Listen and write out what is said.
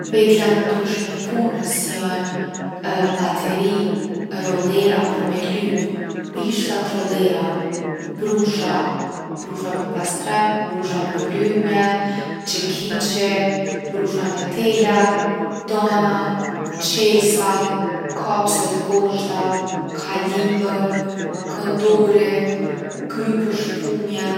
Vegla t’ndryshme t’punës jon bateri, rollera për me ly, bishta t’rollerave, brusha, brusha për pastrim, brusha për lymje, çekiqi, brusha me tela, dana, çelësa, kapse t’gozhdave, kalibër, këndori, kry për shpumje.